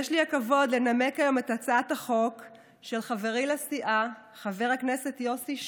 יש לי הכבוד לנמק היום את הצעת החוק של חברי לסיעה חבר הכנסת יוסי שיין,